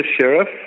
sheriff